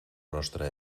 nostra